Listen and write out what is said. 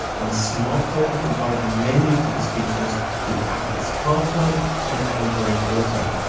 and smartphones provide many of these features through apple's carplay and android auto.